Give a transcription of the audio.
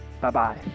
Bye-bye